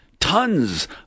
Tons